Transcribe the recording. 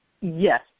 Yes